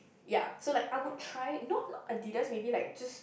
ya so I would try not not Adidas maybe like just